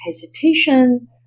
hesitation